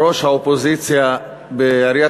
בראש האופוזיציה בעיריית